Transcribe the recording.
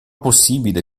possibile